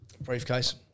briefcase